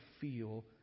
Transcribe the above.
feel